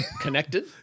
Connected